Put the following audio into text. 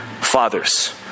fathers